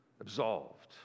absolved